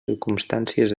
circumstàncies